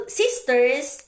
sisters